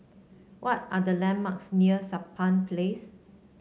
what are the landmarks near Sampan Place